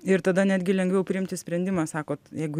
ir tada netgi lengviau priimti sprendimą sakot jeigu